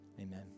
Amen